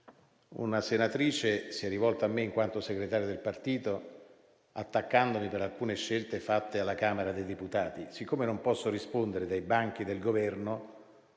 una senatrice si è rivolta a me in quanto segretario del partito, attaccandomi per alcune scelte fatte alla Camera dei deputati. Siccome non posso rispondere dai banchi del Governo,